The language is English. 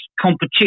competition